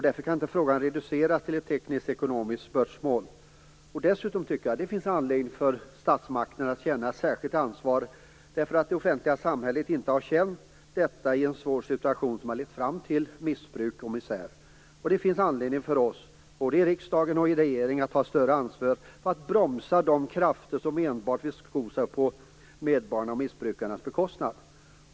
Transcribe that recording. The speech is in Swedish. Därför kan inte frågan reduceras till ett teknisk-ekonomiskt spörsmål. Dessutom finns det anledning för statsmakten att känna ett särskilt ansvar därför att det offentliga samhället inte har känt det ansvaret i en svår situation som lett fram till missbruk och misär. Det finns anledning för oss, både regering och riksdag, att ta ett större ansvar för att bromsa de krafter som enbart vill sko sig på medborgarnas och missbrukarnas bekostnad.